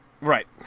Right